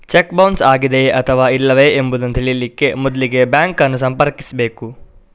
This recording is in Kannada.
ಚೆಕ್ ಬೌನ್ಸ್ ಆಗಿದೆಯೇ ಅಥವಾ ಇಲ್ಲವೇ ಎಂಬುದನ್ನ ತಿಳೀಲಿಕ್ಕೆ ಮೊದ್ಲಿಗೆ ಬ್ಯಾಂಕ್ ಅನ್ನು ಸಂಪರ್ಕಿಸ್ಬೇಕು